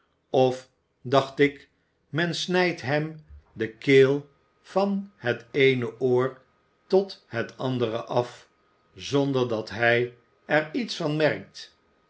of dacht ik men snijdt hem de keel van het eene oor tot het andere af zonder dat hij er iets van merkt